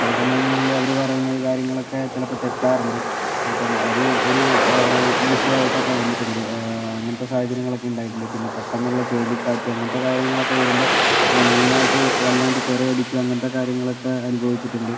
ചില സമയങ്ങളിൽ അവർ പറയുന്നത് കാര്യങ്ങളൊക്കെ ചിലപ്പോൾ തെറ്റാറുണ്ട് അപ്പം അത് ഒരു വിഷയമായിട്ടൊക്കെ വന്നിട്ടുണ്ട് അങ്ങനത്തെ സാഹചര്യങ്ങളൊക്കെ ഉണ്ടായിട്ടുണ്ട് പിന്നെ പെട്ടെന്നുള്ള ചുഴലിക്കാറ്റ് അങ്ങനത്തെ കാര്യങ്ങളൊക്കെ വരുമ്പം മെയിനായിട്ട് വല്ലാണ്ട് തിരയടിക്കുക അങ്ങനത്തെ കാര്യങ്ങളൊക്കെ അനുഭവിച്ചിട്ടുണ്ട്